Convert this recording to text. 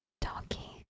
Donkey